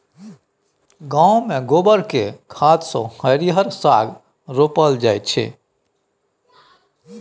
गांव मे गोबर केर खाद सँ हरिहर साग रोपल जाई छै